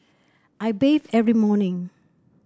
I bathe every morning